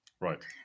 Right